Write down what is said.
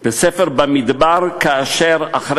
בספר במדבר את הסיפור של שני השבטים וחצי,